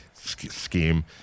scheme